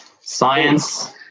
Science